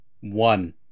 One